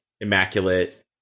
immaculate